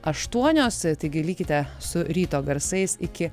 aštuonios taigi likite su ryto garsais iki